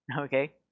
Okay